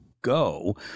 go